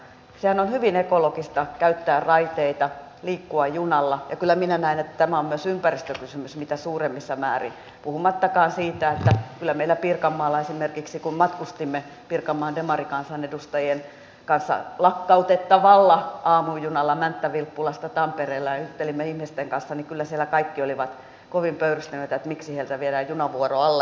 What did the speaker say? sehän on hyvin ekologista käyttää raiteita liikkua junalla ja kyllä minä näen että tämä on myös ympäristökysymys mitä suurimmassa määrin puhumattakaan siitä että kyllä meillä pirkanmaalla esimerkiksi kun matkustimme pirkanmaan demarikansanedustajien kanssa lakkautettavalla aamujunalla mänttä vilppulasta tampereelle ja juttelimme ihmisten kanssa siellä kaikki olivat kovin pöyristyneitä että miksi heiltä viedään junavuoro alta